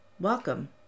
Welcome